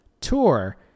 tour